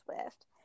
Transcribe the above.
Swift